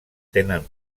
tenen